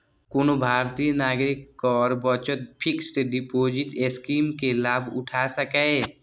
कोनो भारतीय नागरिक कर बचत फिक्स्ड डिपोजिट स्कीम के लाभ उठा सकैए